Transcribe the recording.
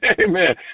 Amen